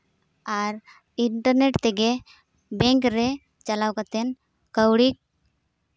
ᱟᱨ internet ᱛᱮᱜᱮ bank ᱨᱮ ᱪᱟᱞᱟᱣ ᱠᱟᱛᱮᱫ ᱠᱟᱹᱣᱰᱤ